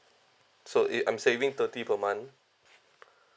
so it I'm saving thirty per month